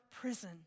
prison